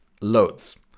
Loads